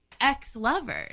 ex-lovers